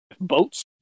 boats